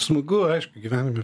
smagu aišku gyvenime